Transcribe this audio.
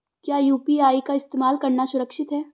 क्या यू.पी.आई का इस्तेमाल करना सुरक्षित है?